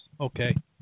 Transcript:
okay